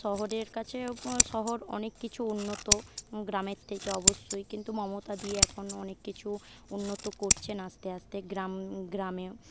শহরের কাছে শহর অনেক কিছু উন্নত গ্রামের থেকে অবশ্যই কিন্তু মমতাদি এখন অনেক কিছু উন্নত করছেন আসতে আসতে গ্রাম গ্রামেও